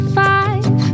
five